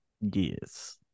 Yes